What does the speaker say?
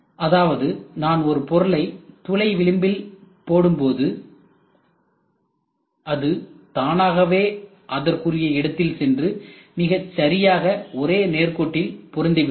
அதாவது நான் ஒரு பொருளை துளை விளிம்பில் போடும்போது அது தானாகவே அதற்குரிய இடத்தில் சென்று மிகச்சரியாக ஒரே நேர்கோட்டில் பொருந்தி விடுகிறது